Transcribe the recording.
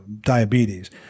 Diabetes